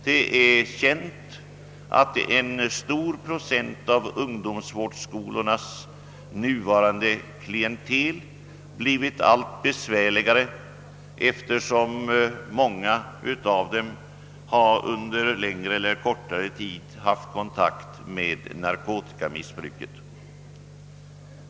Det är känt att en stor procent av ungdomsvårdsskolornas klientel blivit allt besvärligare, eftersom många av de intagna under längre eller kortare tid haft kontakt med narkotikamissbruket.